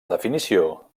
definició